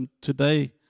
today